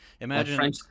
imagine